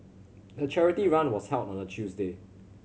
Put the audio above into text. the charity run was held on a Tuesday